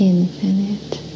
Infinite